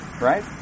right